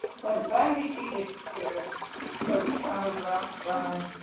when finally she disappeared towards farmer brown's barn,